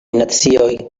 nacioj